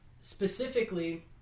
specifically